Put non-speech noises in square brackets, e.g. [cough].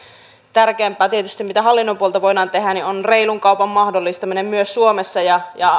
tärkeämpää mitä hallinnon puolelta voidaan tehdä on reilun kaupan mahdollistaminen myös suomessa ja ja [unintelligible]